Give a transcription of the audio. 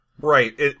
Right